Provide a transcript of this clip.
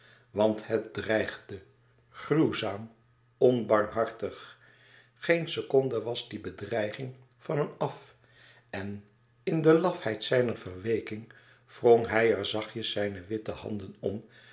want het dreigde gruwzaam onbarmhartig geen seconde was die bedreiging van hem af en in de lafheid zijner verweeking wrong hij er zachtjes zijne witte handen om